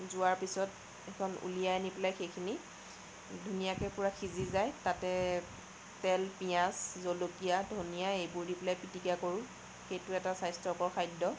যোৱাৰ পিছত সেইখন উলিয়াই আনি পেলাই সেইখিনি ধুনীয়াকে পোৰা সিজি যায় তাতে তেল পিয়াঁজ জলকীয়া ধনিয়া এইবোৰ দি পেলাই পিটিকা কৰোঁ সেইটো এটা স্বাস্থ্যকৰ খাদ্য